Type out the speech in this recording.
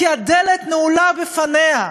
כי הדלת נעולה בפניה.